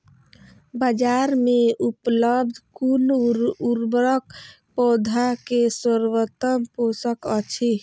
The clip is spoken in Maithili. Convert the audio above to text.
बाजार में उपलब्ध कुन उर्वरक पौधा के सर्वोत्तम पोषक अछि?